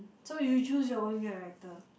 so you choose your own character